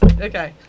Okay